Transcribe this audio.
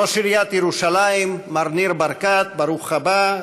ראש עיריית ירושלים מר ניר ברקת, ברוך הבא,